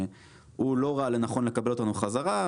שהוא לא ראה לנכון לקבל אותנו חזרה.